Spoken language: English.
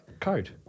Code